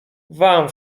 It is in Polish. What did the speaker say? wam